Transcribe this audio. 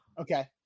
Okay